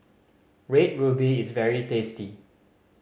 Red Ruby is very tasty